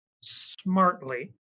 smartly